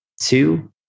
Two